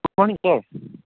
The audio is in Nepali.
good morning